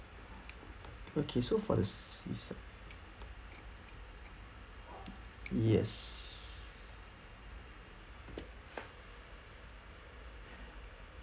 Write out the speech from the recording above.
okay so for the sea sight yes